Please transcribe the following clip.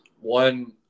One